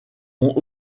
ont